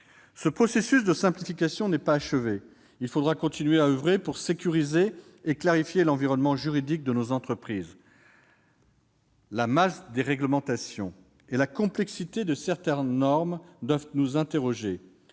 Ce processus de simplification n'est pas achevé. Il faudra continuer à oeuvrer pour sécuriser et clarifier l'environnement juridique de nos entreprises. La masse des réglementations et la complexité de certaines normes doivent nous conduire